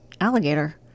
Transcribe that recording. alligator